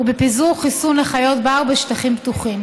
ובפיזור חיסון לחיות בר בשטחים פתוחים.